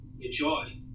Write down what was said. enjoy